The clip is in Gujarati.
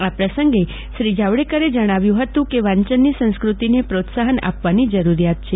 આ પ્રસંગે શ્રી જાવડેકરે જણાવ્યું હતું કે વાંચનની સંસ્કૃતિને પ્રોત્સાહન આપવાની જરૂરિયાત છે